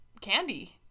candy